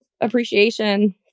appreciation